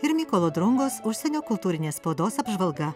ir mykolo drungos užsienio kultūrinės spaudos apžvalgą